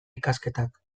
ikasketak